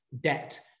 debt